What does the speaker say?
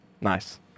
nice